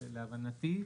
להבנתי.